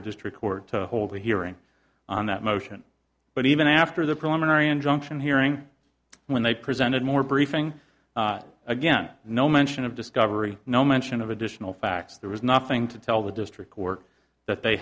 the district court to hold a hearing on that motion but even after the preliminary injunction hearing when they presented more briefing again no mention of discovery no mention of additional facts there was nothing to tell the district court that they